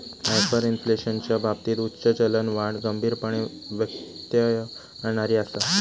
हायपरइन्फ्लेशनच्या बाबतीत उच्च चलनवाढ गंभीरपणे व्यत्यय आणणारी आसा